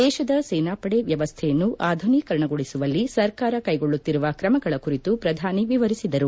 ದೇಶದ ಸೇನಾಪಡೆ ವ್ಯವಸ್ಥೆಯನ್ನು ಆಧುನೀಕರಣಗೊಳಿಸುವಲ್ಲಿ ಸರ್ಕಾರ ಕೈಗೊಳ್ಳುತ್ತಿರುವ ಕ್ರಮಗಳ ಕುರಿತು ಪ್ರಧಾನಿ ವಿವರಿಸಿದರು